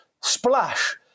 Splash